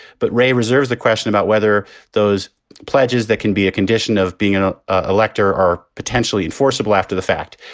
but ray reserves the question about whether those pledges that can be a condition of being an ah ah elector are potentially enforceable after the fact.